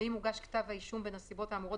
ואם הוגש כתב האישום בנסיבות האמורות